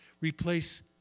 replace